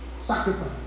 Sacrifice